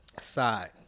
Side